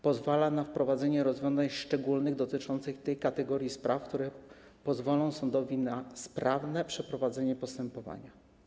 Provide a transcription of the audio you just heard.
Pozwala na wprowadzenie rozwiązań szczególnych dotyczących tej kategorii spraw, które pozwolą sądowi na sprawne przeprowadzanie postępowań.